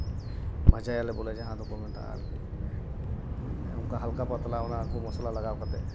ᱵᱷᱟᱡᱟᱭᱟᱞᱮ ᱵᱚᱞᱮ ᱡᱟᱦᱟᱸ ᱫᱚᱠᱚ ᱢᱮᱛᱟᱜᱼᱟ ᱟᱨᱠᱤ ᱚᱱᱠᱟ ᱦᱟᱞᱠᱟ ᱯᱟᱛᱞᱟ ᱚᱱᱟᱠᱚ ᱢᱚᱥᱞᱟ ᱞᱟᱜᱟᱣ ᱠᱟᱛᱮᱫ